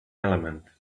element